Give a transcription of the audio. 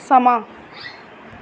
समां